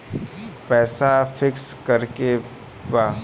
पैसा पिक्स करके बा?